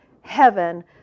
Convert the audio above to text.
heaven